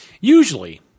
Usually